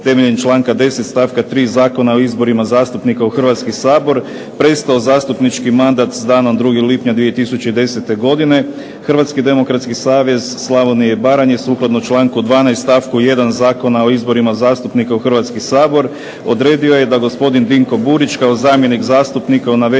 temeljem članka 10. stavka 3. Zakona o izborima zastupnika u Hrvatski sabor prestao zastupnički mandat s 2. lipnja 2010. godine, Hrvatski demokratski savez Slavonije i Baranje sukladno članku 12. stavku 1. Zakona o izborima zastupnika u Hrvatski sabor odredio je da gospodin Dinko Burić kao zamjenik zastupnika u navedenoj